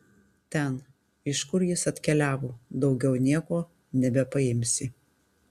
ten iš kur jis atkeliavo daugiau nieko nebepaimsi